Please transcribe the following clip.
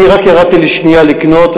אני רק ירדתי לשנייה לקנות,